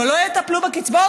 אבל לא יטפלו בקצבאות.